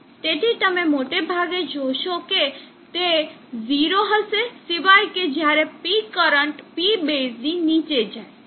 તેથી તમે મોટાભાગે જોશો કે તે 0 હશે સિવાય કે જ્યારે P કરંટ P બેઝની નીચે જાય